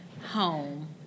home